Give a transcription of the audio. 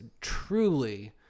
truly